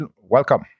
welcome